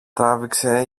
τράβηξε